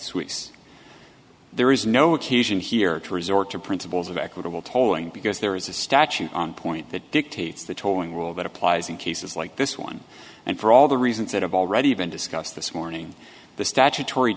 suisse there is no occasion here to resort to principles of equitable tolling because there is a statute on point that dictates the tolling rule that applies in cases like this one and for all the reasons that have already been discussed this morning the statutory